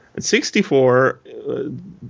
64